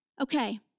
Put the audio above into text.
Okay